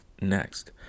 Next